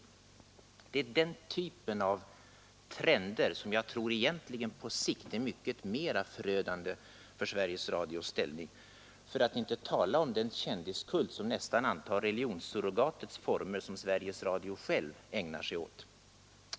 Trender av den typen i programgiven tror jag på sikt är förödande för Sveriges Radios ställning, för att nu inte tala om den kändiskult, som nästan antar religionssurrogatets former, och som Sveriges Radio själv ägnar sig åt.